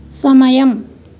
సమయం